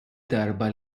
darba